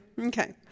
Okay